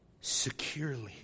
securely